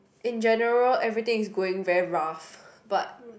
in general everything is going very rough but